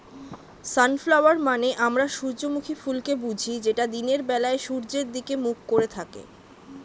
sunflower মানে আমরা সূর্যমুখী ফুলকে বুঝি যেটা দিনের বেলায় সূর্যের দিকে মুখ করে থাকে